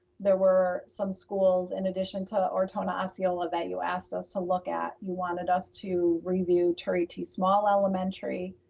there were some schools in and addition to ortona osceola that you asked us to look at. you wanted us to review turie t. small elementary,